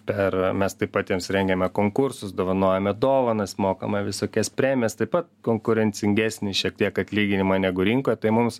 per mes taip pat jiems rengiame konkursus dovanojame dovanas mokame visokias premijas taip pat konkurencingesnį šiek tiek atlyginimą negu rinkoje tai mums